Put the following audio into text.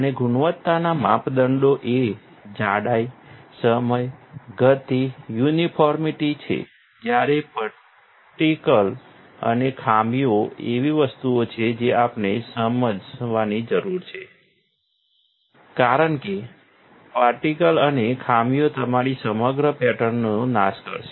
અને ગુણવત્તાનાં માપદંડો એ જાડાઇ સમય ગતિ યુનિફોર્મિટી છે જ્યારે પર્ટિકલ અને ખામીઓ એવી વસ્તુ છે જે આપણે પણ સમજવાની જરૂર છે કારણ કે પર્ટિકલ અને ખામીઓ તમારી સમગ્ર પેટર્નનો નાશ કરશે